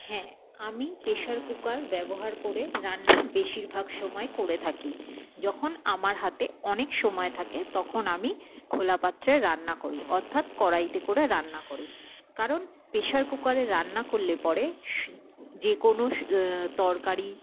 হ্যাঁ আমি pressure cooker ব্যবহার করে রান্না বেশির ভাগ সময়ে করে থাকি যখন আমার হাতে অনেক সময় থাকে তখন আমি খোলা পাত্রে রান্না করি অর্থাৎ কড়াইতে করে রান্না করি কারণ প্রেশার কুকারে রান্না করলে পড়ে যে কোনো তরকারি